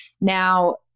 Now